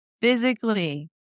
Physically